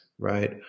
right